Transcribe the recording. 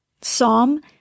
Psalm